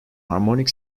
harmonic